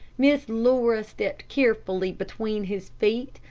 miss laura stepped carefully between his feet,